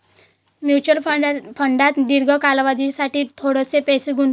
mutual फंडात दीर्घ कालावधीसाठी थोडेसे पैसे गुंतवा